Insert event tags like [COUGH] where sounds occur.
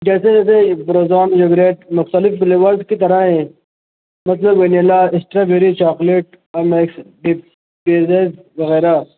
جیسے جیسے ایبروزون ایوریٹ مختلف فلیورڈ کی طرح ہیں مثلاََ ونیلا اسٹرابیری چاکلیٹ [UNINTELLIGIBLE] وغیرہ